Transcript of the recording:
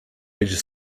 fidget